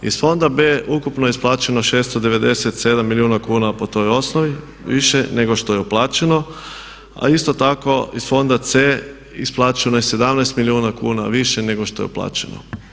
Iz fonda B ukupno je isplaćeno 697 milijuna kuna po toj osnovi više nego je uplaćeno a isto tako iz fonda C isplaćeno je 17 milijuna kuna više nego što je uplaćeno.